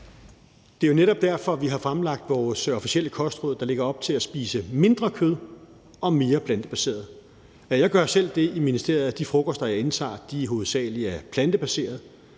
Det er jo netop derfor, vi har fremlagt vores officielle kostråd, der lægger op til at spise mindre kød og mere plantebaseret. Jeg gør selv det i ministeriet, at de frokoster, jeg indtager, hovedsagelig er plantebaserede.